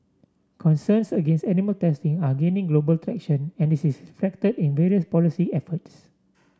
concerns against animal testing are gaining global traction and this is reflected in various policy efforts